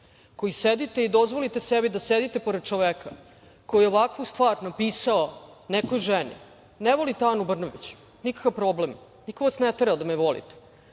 Koji sedite i dozvolite sebi da sedite pored čoveka koji je ovakvu stvar napisao nekoj ženi. Ne volite Anu Brnabić? Nikakav problem. Niko vas ne tera da me voli,